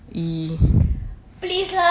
!ee!